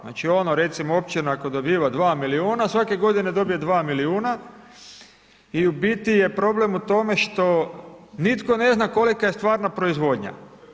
Znači, ona recimo općina koja dobiva 2 milijuna, svake godine dobije 2 milijuna i u biti je problem u tome što nitko ne zna kolika je stvarna proizvodnja.